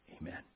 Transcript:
Amen